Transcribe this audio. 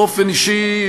באופן אישי,